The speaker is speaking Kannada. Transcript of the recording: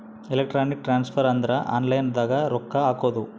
ಎಲೆಕ್ಟ್ರಾನಿಕ್ ಟ್ರಾನ್ಸ್ಫರ್ ಅಂದ್ರ ಆನ್ಲೈನ್ ದಾಗ ರೊಕ್ಕ ಹಾಕೋದು